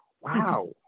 wow